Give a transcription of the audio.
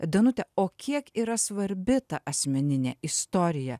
danute o kiek yra svarbi ta asmeninė istorija